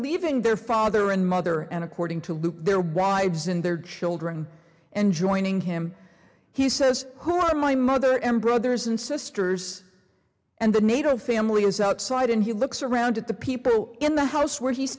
leaving their father and mother and according to luke their wives and their children and joining him he says who are my mother and brothers and sisters and the nato family is outside and he looks around at the people in the house where he's